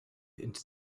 into